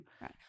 Right